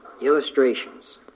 Illustrations